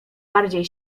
bardziej